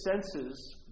senses